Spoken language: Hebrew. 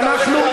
אנחנו,